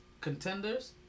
contenders